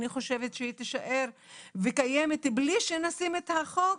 אני חושבת שהיא תישאר וקיימת בלי שנשים את החוק.